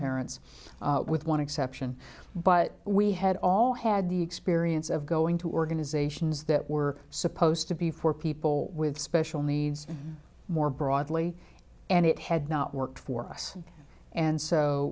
parents with one exception but we had all had the experience of going to organizations that were supposed to be for people with special needs more broadly and it had not worked for us and so